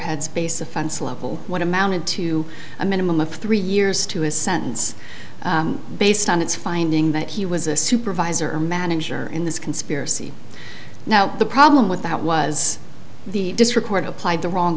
headspace offense level what amounted to a minimum of three years to a sentence based on its finding that he was a supervisor or manager in this conspiracy now the problem with that was the record applied the wrong